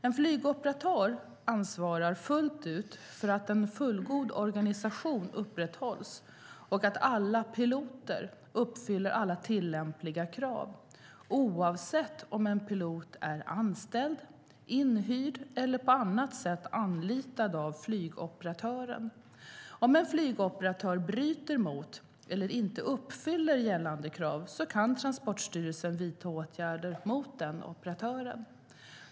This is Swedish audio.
En flygoperatör ansvarar fullt ut för att en fullgod organisation upprätthålls och för att alla piloter uppfyller alla tillämpliga krav, oavsett om en pilot är anställd, inhyrd eller på annat sätt anlitad av flygoperatören. Om en flygoperatör bryter mot eller inte uppfyller gällande krav kan Transportstyrelsen vidta åtgärder mot den operatören.